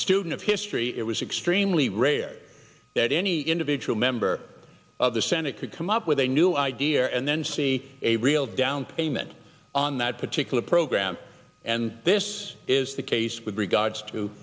student of history it was extremely rare that any individual member of the senate could come up with a new idea and then see a real down payment on that particular program and this is the case with regards to